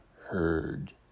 heard